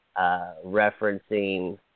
referencing